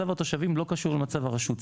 צריך להבין שמצב התושבים לא קשור למצב הרשות.